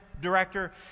director